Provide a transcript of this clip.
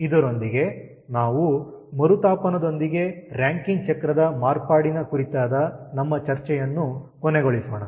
ಇದರೊಂದಿಗೆ ನಾವು ಮರುತಾಪನದೊಂದಿಗೆ ರಾಂಕಿನ್ ಚಕ್ರದ ಮಾರ್ಪಾಡಿನ ಕುರಿತಾದ ನಮ್ಮ ಚರ್ಚೆಯನ್ನು ಕೊನೆಗೊಳಿಸೋಣ